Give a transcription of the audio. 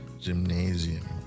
gymnasium